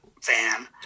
fan